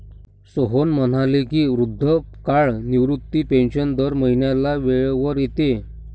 सोहन म्हणाले की, वृद्धापकाळ निवृत्ती पेन्शन दर महिन्याला वेळेवर येते